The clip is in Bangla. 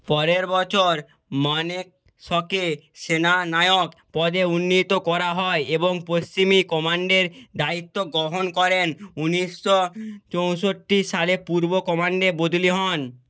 পরের বছর মানেকশকে সেনানায়ক পদে উন্নীত করা হয় এবং পশ্চিমী কমান্ডের দায়িত্ব গ্রহণ করেন উনিশশো চৌষট্টি সালে পূর্ব কমান্ডে বদলি হন